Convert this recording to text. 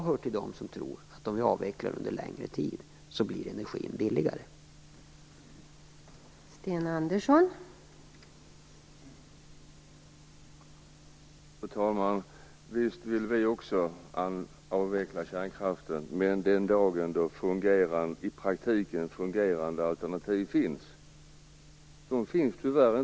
Jag hör till dem som tror att energin blir billigare om vi avvecklar under en längre tid.